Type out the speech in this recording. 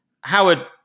Howard